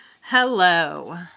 Hello